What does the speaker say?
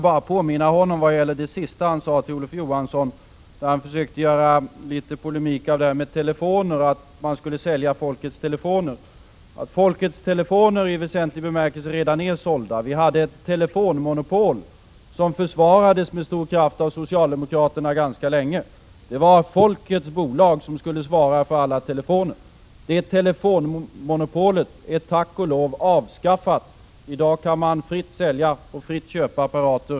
Vad gäller det sista han sade till Olof Johansson, där han försökte göra polemik av detta med att man skulle sälja folkets telefoner, vill jag bara säga: Folkets telefoner är i väsentlig bemärkelse redan sålda. Vi hade ett telefonmonopol som ganska länge försvarades med stor kraft av socialdemokraterna, eftersom det var folkets bolag som skulle svara för alla telefoner. Det telefonmonopolet är tack och lov avskaffat. I dag kan man fritt sälja och köpa apparater.